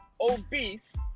obese